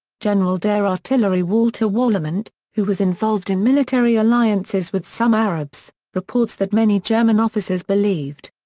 general der artillerie walter warlimont, who was involved in military alliances with some arabs, reports that many german officers believed.